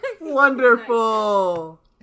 Wonderful